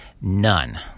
None